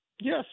Yes